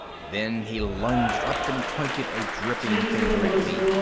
then he lunged up and pointed a dripping finger at me.